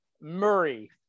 Murray